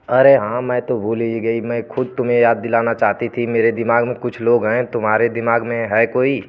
अरे हाँ मैं तो भूल ही गई मैं खुद तुम्हें याद दिलाना चाहती थी मेरे दिमाग में कुछ लोग हैं तुम्हारे दिमाग में है कोई